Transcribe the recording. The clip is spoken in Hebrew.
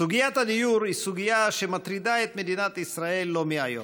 סוגיית הדיור היא סוגיה שמטרידה את מדינת ישראל לא מהיום.